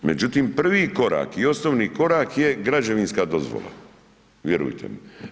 Međutim, prvi korak i osnovni korak je građevinska dozvola, vjerujte mi.